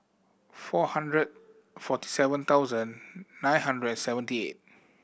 four hundred forty seven thousand nine hundred and seventy eight